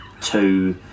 two